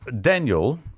Daniel